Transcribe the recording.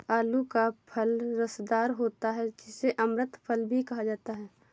आलू का फल रसदार होता है जिसे अमृत फल भी कहा जाता है